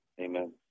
Amen